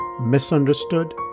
misunderstood